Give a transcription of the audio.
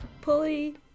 pulley